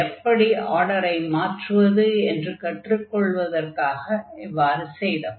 எப்படி ஆர்டரை மாற்றுவது என்று கற்றுக் கொள்வதற்காகவே இவ்வாறு செய்தோம்